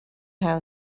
how